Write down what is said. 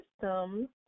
system